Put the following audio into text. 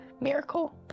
miracle